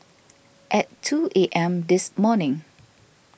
at two A M this morning